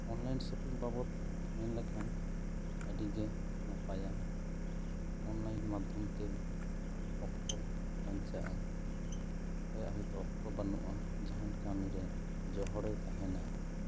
online shopping ᱵᱟᱵᱚᱫ ᱢᱮᱱ ᱞᱮᱠᱷᱟᱱ ᱟᱹᱰᱤ ᱜᱮ ᱱᱟᱯᱟᱭᱟ ᱚᱱᱞᱟᱭᱤᱱ ᱢᱟᱫᱽᱫᱷᱚᱢ ᱛᱮ ᱚᱠᱛᱚ ᱵᱟᱧᱪᱟᱜᱼᱟ ᱚᱠᱚᱭᱟᱜ ᱦᱳᱭᱛᱳ ᱚᱠᱛᱚ ᱵᱟᱹᱱᱩᱜᱼᱟ ᱡᱟᱦᱟᱱ ᱠᱟᱹᱢᱤ ᱨᱮ ᱡᱚᱦᱚᱲᱮ ᱛᱟᱦᱮᱱᱟ